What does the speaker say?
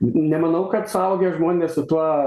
nemanau kad suaugę žmonės su tuo